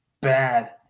bad